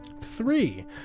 Three